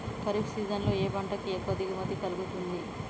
Kharif season లో ఏ పంట కి ఎక్కువ దిగుమతి కలుగుతుంది?